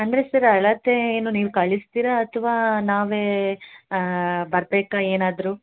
ಅಂದರೆ ಸರ್ ಅಳತೇ ಏನು ನೀವು ಕಳಿಸ್ತೀರ ಅಥ್ವ ನಾವೇ ಬರಬೇಕ ಏನಾದರು